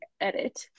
edit